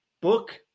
book